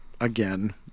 Again